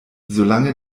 solange